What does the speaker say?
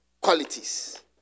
qualities